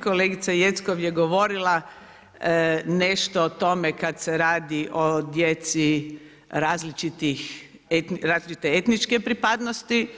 Kolegica Jeckov je govorila nešto o tome kad se radi o djeci različite etničke pripadnosti,